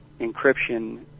encryption